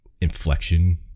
inflection